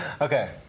Okay